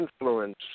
influence